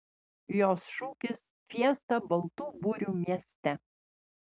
jos šūkis fiesta baltų burių mieste